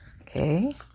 okay